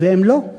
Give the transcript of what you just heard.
הם לא.